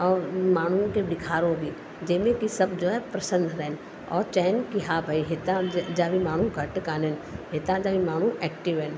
ऐं माण्हूअ खे ॾेखारो बि जंहिं में कि सभु जो आहे प्रसन्न रहे ऐं चइनि कि हा भई हितां जा बि माण्हू घटि काननि हितां जा बि माण्हुनि एक्टिव आहिनि